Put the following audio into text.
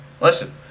listen